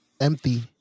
empty